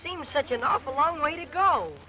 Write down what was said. seems such an awful long way to go